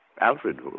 Alfred